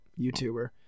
YouTuber